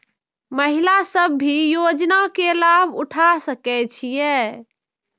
महिला सब भी योजना के लाभ उठा सके छिईय?